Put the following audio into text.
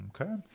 Okay